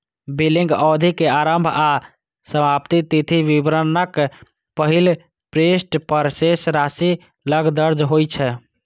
billing अवधि के आरंभ आ समाप्ति तिथि विवरणक पहिल पृष्ठ पर शेष राशि लग दर्ज होइ छै